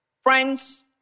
friends